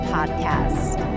Podcast